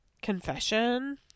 confession